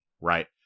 right